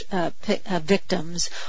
victims